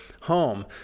home